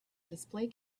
display